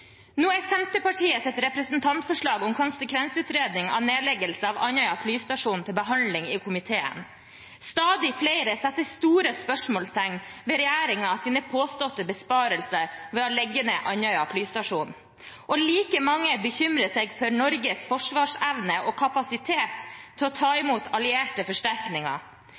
Nå er Senterpartiets representantforslag om konsekvensutredning av nedleggelse av Andøya flystasjon til behandling i komiteen. Stadig flere setter store spørsmålstegn ved regjeringens påståtte besparelser ved å legge ned Andøya flystasjon, og like mange bekymrer seg for Norges forsvarsevne og kapasitet til å ta imot allierte forsterkninger.